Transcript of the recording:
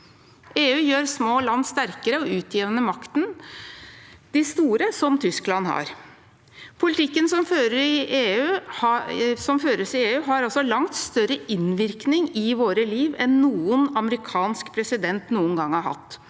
EU gjør små land sterkere og utjevner makten som de store landene har, som Tyskland. Politikken som føres i EU, har langt større innvirkning på livet vårt enn noen amerikansk president noen gang har hatt,